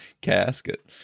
casket